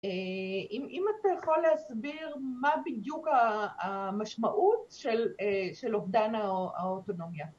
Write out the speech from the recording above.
אם אתה יכול להסביר מה בדיוק המשמעות של אובדן האוטונומיה?